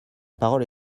parole